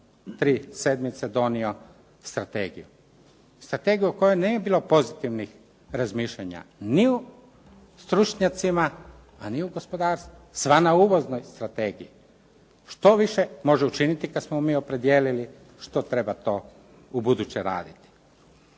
tri sedmice donio strategiju. Strategiju u kojoj nije bilo pozitivnih razmišljanja, ni u stručnjacima a ni u gospodarstvu, sva na uvoznoj strategiji. Što više može učiniti kada smo mi opredijelili što treba to u buduće raditi.